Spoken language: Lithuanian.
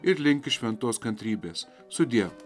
ir linkiu šventos kantrybės sudiev